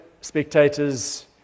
spectators